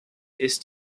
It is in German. ist